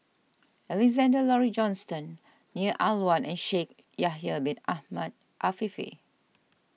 Alexander Laurie Johnston Neo Ah Luan and Shaikh Yahya Bin Ahmed Afifi